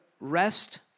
rest